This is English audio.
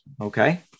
Okay